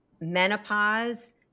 menopause